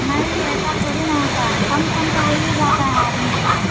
नहीं ऐसा थोड़ी ना होता है कम सम तो होइए जाता है आदमी के